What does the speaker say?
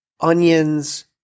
onions